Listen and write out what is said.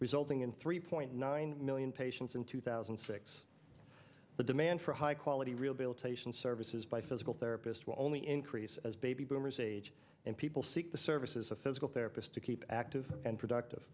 resulting in three point nine million patients in two thousand and six the demand for high quality rehabilitation services by physical therapist will only increase as baby boomers age and people seek the services a physical therapist to keep active and productive